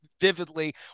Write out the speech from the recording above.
vividly